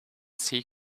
sea